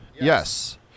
Yes